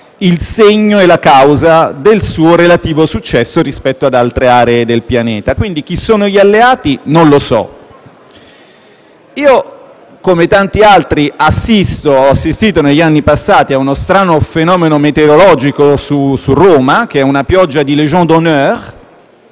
il segno e la causa del suo relativo successo rispetto ad altre aree del Pianeta. Quindi chi siano gli alleati, non lo so. Io, come tanti altri, ho assistito negli anni passati a uno strano fenomeno meteorologico su Roma, che è una pioggia di *légions d'honneur*;